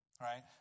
Right